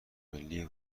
ملی